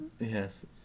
Yes